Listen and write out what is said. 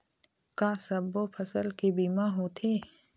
का सब्बो फसल के बीमा होथे?